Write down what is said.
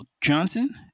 Johnson